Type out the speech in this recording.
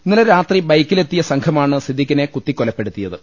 ഇന്നലെ രാത്രി ബൈക്കിലെത്തിയ സംഘമാണ് സിദ്ദിഖിനെ കുത്തിക്കൊലപ്പെടുത്തിയത്